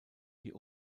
die